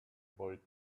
boy